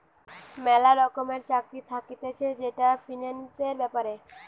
ম্যালা রকমের চাকরি থাকতিছে যেটা ফিন্যান্সের ব্যাপারে